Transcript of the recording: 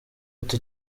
ati